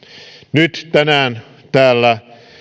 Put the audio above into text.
nyt tänään täällä